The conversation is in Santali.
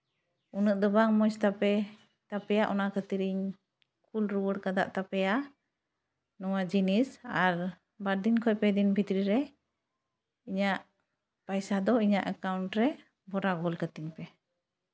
ᱩᱱᱟᱹᱜ ᱫᱚ ᱵᱟᱝ ᱢᱚᱡᱽ ᱛᱟᱯᱮᱭᱟ ᱚᱱᱟ ᱠᱷᱟᱹᱛᱤᱨ ᱤᱧ ᱠᱳᱞ ᱨᱩᱣᱟᱹᱲ ᱟᱠᱟᱫ ᱛᱟᱯᱮᱭᱟ ᱱᱣᱟ ᱡᱤᱱᱤᱥ ᱟᱨ ᱵᱟᱨ ᱫᱤᱱ ᱠᱷᱚᱡ ᱯᱮ ᱫᱤᱱ ᱵᱷᱤᱛᱨᱤ ᱨᱮ ᱤᱧᱟᱹᱜ ᱯᱚᱭᱥᱟ ᱫᱚ ᱤᱧᱟᱹᱜ ᱮᱠᱟᱣᱩᱱᱴ ᱨᱮ ᱵᱷᱚᱨᱟᱣ ᱜᱚᱫ ᱠᱟᱹᱛᱤᱧ ᱯᱮ